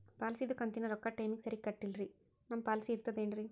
ಪಾಲಿಸಿದು ಕಂತಿನ ರೊಕ್ಕ ಟೈಮಿಗ್ ಸರಿಗೆ ಕಟ್ಟಿಲ್ರಿ ನಮ್ ಪಾಲಿಸಿ ಇರ್ತದ ಏನ್ರಿ?